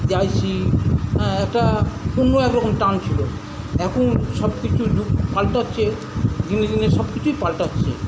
যাইছি হ্যাঁ একটা অন্য এক রকম টান ছিল এখন সব কিছুর যুগ পাল্টাচ্ছে দিনে দিনে সব কিছুই পাল্টাচ্ছে